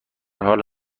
حال